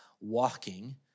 walking